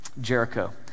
Jericho